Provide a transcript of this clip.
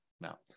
now